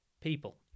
people